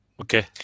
Okay